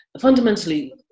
Fundamentally